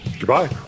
Goodbye